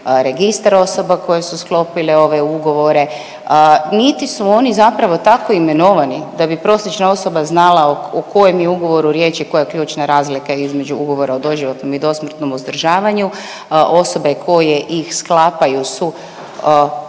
registar osoba koje su sklopile ove ugovore, niti su oni zapravo tako imenovani da bi prosječna osoba znala o kojem je ugovoru riječ i koja je ključna razlika između ugovora o doživotnom i dosmrtnom uzdržavanju. Osobe koje ih sklapaju su